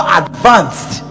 advanced